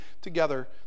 together